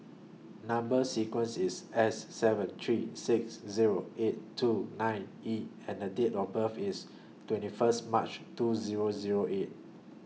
Number sequence IS S seven three six Zero eight two nine E and Date of birth IS twenty First March two Zero Zero eight